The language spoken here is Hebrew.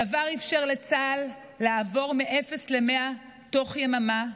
הדבר אפשר לצה"ל לעבור מאפס למאה תוך יממה,